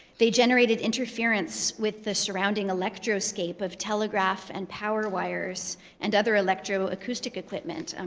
they generated interference with the surrounding electroscape of telegraph and power wires and other electroacoustic equipment. and